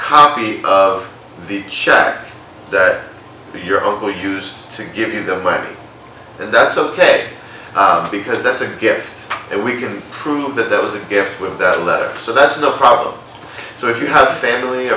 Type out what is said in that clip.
copy the shot that your uncle used to give you the money and that's ok because that's a gift and we can prove that there was a gift with that letter so that's no problem so if you have family